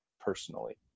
personally